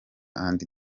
and